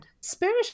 spirit